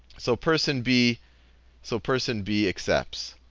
so person b so person b accepts.